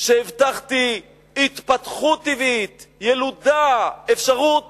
שהבטחתי התפתחות טבעית, ילודה, אפשרות